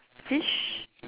fish